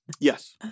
Yes